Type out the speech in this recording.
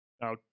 Now